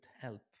help